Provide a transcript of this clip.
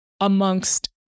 amongst